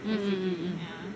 mm